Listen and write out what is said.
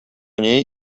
niej